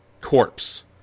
corpse